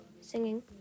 singing